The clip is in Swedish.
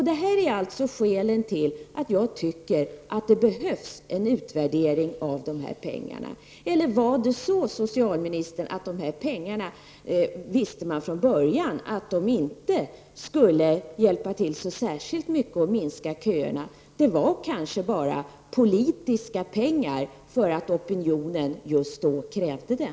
Detta är skälet till att jag tycker att det behövs en utvärdering av dessa pengar. Var det möjligen så, socialministern, att man från början visste att dessa pengar inte skulle hjälpa till särskilt mycket för att minska köerna? Det kanske bara var ”politiska” pengar för att opinionen just då krävde det.